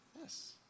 Yes